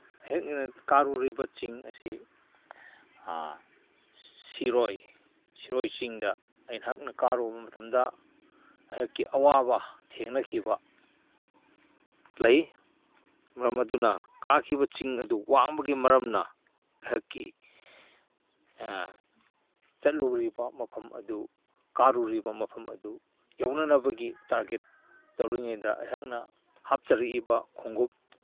ꯑꯩꯍꯥꯛꯅ ꯀꯥꯔꯨꯔꯤꯕ ꯆꯤꯡ ꯑꯁꯤ ꯁꯤꯔꯣꯏ ꯁꯤꯔꯣꯏ ꯆꯤꯡꯗ ꯑꯩꯍꯥꯛꯅ ꯀꯥꯔꯨꯕ ꯃꯇꯝꯗ ꯑꯩꯍꯥꯛꯀꯤ ꯑꯋꯥꯕ ꯊꯦꯡꯅꯈꯤꯕ ꯂꯩ ꯃꯔꯝ ꯑꯗꯨꯅ ꯀꯥꯈꯤꯕ ꯆꯤꯡ ꯑꯗꯨ ꯋꯥꯡꯕꯒꯤ ꯃꯔꯝꯅ ꯑꯩꯍꯥꯛꯀꯤ ꯆꯠꯂꯨꯔꯤꯕ ꯃꯐꯝ ꯑꯗꯨ ꯀꯥꯔꯨꯔꯤꯕ ꯃꯐꯝ ꯑꯗꯨ ꯌꯧꯅꯅꯕꯒꯤ ꯇꯥꯔꯒꯦꯠ ꯇꯧꯔꯤꯉꯩꯗ ꯑꯩꯍꯥꯛꯅ ꯍꯥꯞꯆꯔꯛꯏꯕ ꯈꯣꯡꯎꯞ